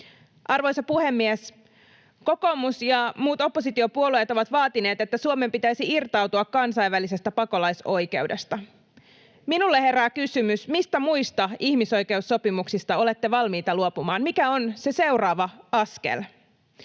Arvoisa puhemies! Kokoomus ja muut oppositiopuolueet ovat vaatineet, että Suomen pitäisi irtautua kansainvälisestä pakolaisoikeudesta. Minulle herää kysymys, mistä muista ihmisoikeussopimuksista olette valmiita luopumaan. Mikä on se seuraava askel?